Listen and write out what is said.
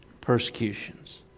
Persecutions